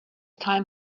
time